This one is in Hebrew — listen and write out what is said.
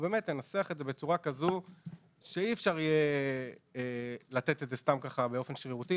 ננסח זאת כך שאי אפשר יהיה לתת זאת סתם כך באופן שרירותי.